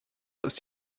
ist